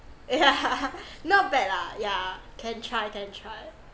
eh yeah not bad ah yeah can try then try